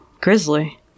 grizzly